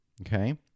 okay